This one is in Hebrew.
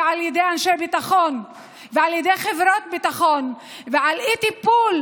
על ידי אנשי ביטחון ועל ידי חברות ביטחון ועל אי-טיפול